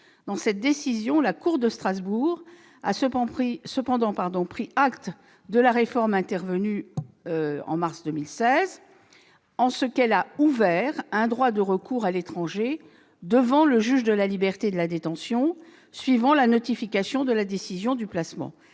Dans cette décision, la Cour a cependant pris acte de la réforme intervenue en mars 2016 en ce qu'elle a ouvert un droit de recours à l'étranger devant le juge des libertés et de la détention, suivant la notification de la décision de placement.